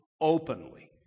openly